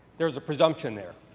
there is a presumption there.